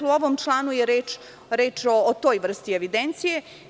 U ovom članu je reč o toj vrsti evidencije.